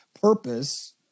purpose